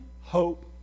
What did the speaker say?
hope